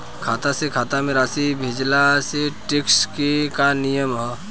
खाता से खाता में राशि भेजला से टेक्स के का नियम ह?